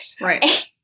Right